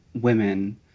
women